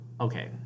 okay